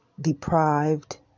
deprived